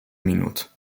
minut